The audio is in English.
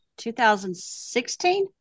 2016